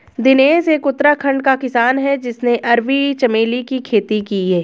दिनेश एक उत्तराखंड का किसान है जिसने अरबी चमेली की खेती की